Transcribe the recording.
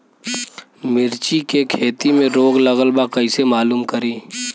मिर्ची के खेती में रोग लगल बा कईसे मालूम करि?